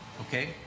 Okay